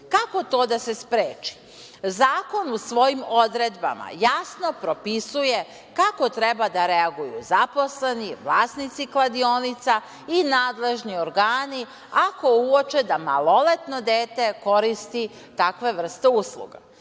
to da se spreči? Zakon u svojim odredbama jasno propisuje kako treba da reaguju zaposleni, vlasnici kladionica i nadležni organi ako uoče da maloletno dete koristi takve vrste usluga?